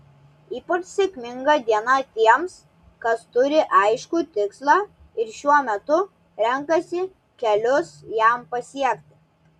ypač sėkminga diena tiems kas turi aiškų tikslą ir šiuo metu renkasi kelius jam pasiekti